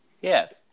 Yes